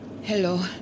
Hello